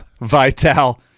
Vital